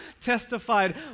testified